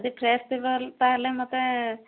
ଯଦି ଫ୍ରେସ୍ ଥିବ ତା'ହେଲେ ମୋତେ